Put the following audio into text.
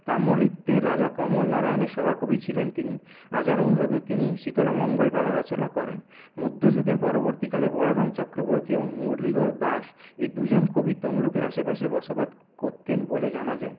তাম্রলিপ্তে রাজা কমলনারায়ণের সভাকবি ছিলেন তিনি রাজার অনুরোধে তিনি শীতলামঙ্গল পালা রচনা করেন মধ্যযুগের পরবর্তীকালে বলরাম চক্রবর্তী এবং মুরলীধর দাস এই দুজন কবি তমলুকের আশেপাশে বসবাত কততেন বলে জানা যায়